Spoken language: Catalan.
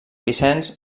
vicenç